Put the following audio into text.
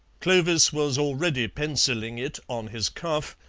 clovis was already pencilling it on his cuff,